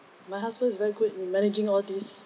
my husband is very good in managing all these